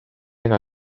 ega